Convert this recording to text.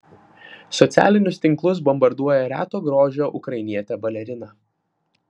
socialinius tinklus bombarduoja reto grožio ukrainietė balerina